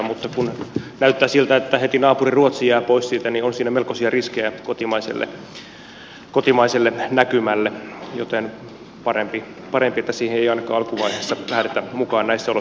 mutta kun näyttää siltä että heti naapuri ruotsi jää pois siitä niin on siinä melkoisia riskejä kotimaiselle näkymälle joten parempi että siihen ei ainakaan alkuvaiheessa lähdetä mukaan näissä olosuhteissa